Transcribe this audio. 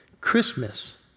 Christmas